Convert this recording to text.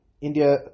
India